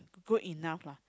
good enough lah